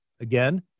Again